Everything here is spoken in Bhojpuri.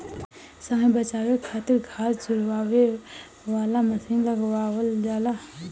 समय बचावे खातिर घास झुरवावे वाला मशीन लगावल जाला